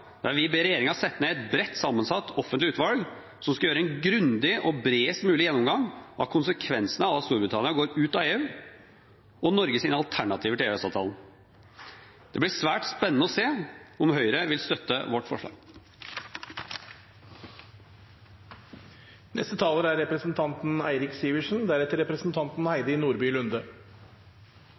der vi ber regjeringen sette ned et bredt sammensatt offentlig utvalg som skal gjøre en grundig og bredest mulig gjennomgang av konsekvensene av at Storbritannia går ut av EU, og Norges alternativer til EØS-avtalen. Det blir svært spennende å se om Høyre vil støtte vårt forslag.